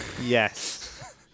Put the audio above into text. Yes